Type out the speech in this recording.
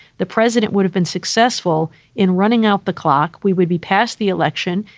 the president would have been successful in running out the clock. we would be past the election.